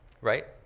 right